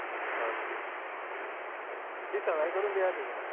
okay ओ तीं सवाय करून दिया तुका